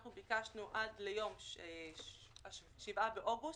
אנחנו ביקשנו: "עד ליום 7 באוגוסט".